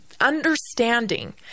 Understanding